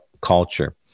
culture